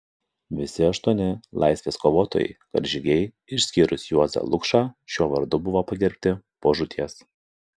visi aštuoni laisvės kovotojai karžygiai išskyrus juozą lukšą šiuo vardu buvo pagerbti po žūties